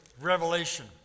Revelation